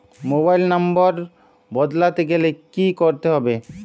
Mobile number বদলাতে গেলে কি করতে হবে?